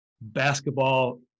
basketball